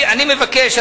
אני מבקש,